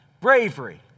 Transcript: bravery